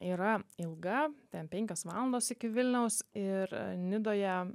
yra ilga ten penkios valandos iki vilniaus ir nidoje